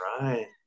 right